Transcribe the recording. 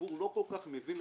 הציבור לא כל כך מבין,